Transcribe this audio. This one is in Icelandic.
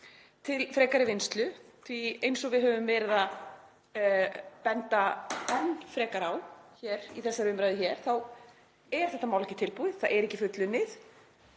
til frekari vinnslu því að eins og við höfum verið að benda enn frekar á í þessari umræðu þá er þetta mál ekki tilbúið. Það er ekki fullunnið.